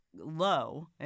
Low